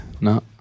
No